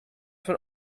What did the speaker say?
von